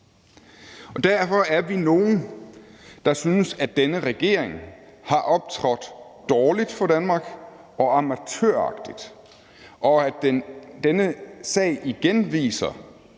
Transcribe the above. Derfor er vi nogle, der synes, at denne regering har optrådt dårligt for Danmark og amatøragtigt, og at denne sag igen viser,